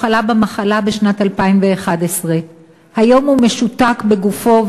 חלה במחלה בשנת 2011. היום הוא משותק בגופו,